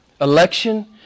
Election